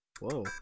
Whoa